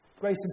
Grace